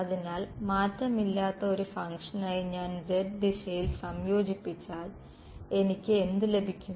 അതിനാൽ മാറ്റമില്ലാത്ത ഒരു ഫംഗ്ഷനായി ഞാൻ z ദിശയിൽ സംയോജിപ്പിച്ചാൽ എനിക്ക് എന്ത് ലഭിക്കും